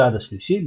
הצעד השלישי,